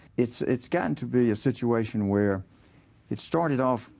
it's it's gotten to be a situation where it started off,